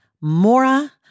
Mora